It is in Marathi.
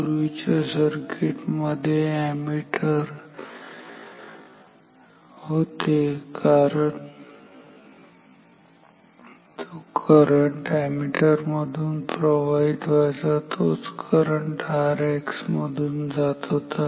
पूर्वीच्या सर्किट मध्ये अॅमीटर ठीक होते कारण जो करंट अॅमीटर मधून प्रवाहित व्हायचा तोच करंट Rx मधून जात होता